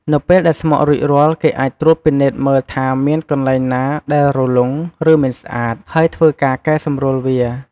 នៅពេលដែលស្មុគរួចរាល់ គេអាចត្រួតពិនិត្យមើលថាមានកន្លែងណាដែលរលុង ឬមិនស្អាត ហើយធ្វើការកែសម្រួលវា។